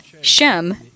Shem